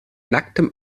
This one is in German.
nacktem